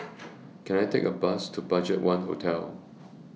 Can I Take A Bus to BudgetOne Hotel